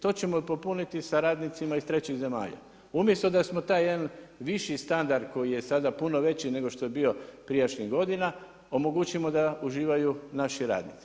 To ćemo popuniti sa radnicima iz trećih zemalja, umjesto da smo taj jedan viši standard koji je sada puno veći nego što je bio prijašnjih godina, omogućimo da uživaju naši radnici.